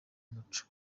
umuco